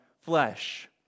flesh